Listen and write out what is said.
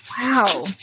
Wow